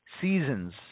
seasons